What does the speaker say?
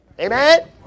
Amen